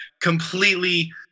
completely